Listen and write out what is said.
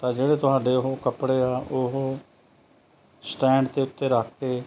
ਤਾਂ ਜਿਹੜੇ ਤੁਹਾਡੇ ਉਹ ਕੱਪੜੇ ਆ ਉਹ ਸਟੈਂਡ ਦੇ ਉੱਤੇ ਰੱਖ ਕੇ